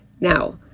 Now